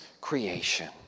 creation